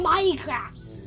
Minecrafts